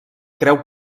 creu